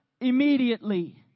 immediately